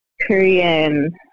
Korean